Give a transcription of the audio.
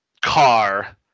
car